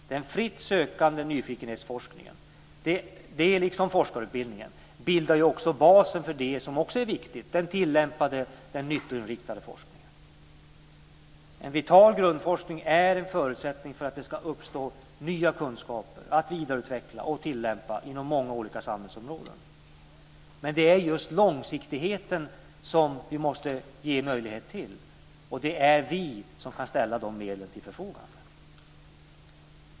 Den fritt sökande nyfikenhetsforskningen, liksom forskarutbildningen, bildar basen för det som är viktigt: den tillämpande och nyttoinriktade forskningen. En vital grundforskning är en förutsättning för att det ska uppstå nya kunskaper att vidareutveckla och tillämpa inom många olika samhällsområden. Men det är just långsiktigheten som vi måste ge möjlighet till. Och det är vi som kan ställa de medlen till förfogande.